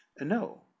No